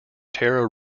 tara